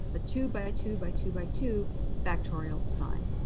a two by two by two by two factorial design.